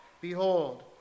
Behold